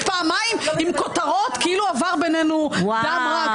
פעמיים עם כותרות כאילו עבר בינינו דם רע,